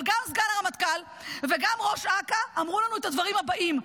אבל גם סגן הרמטכ"ל וגם ראש אכ"א אמרו לנו את הדברים הבאים: